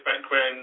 background